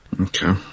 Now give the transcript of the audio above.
Okay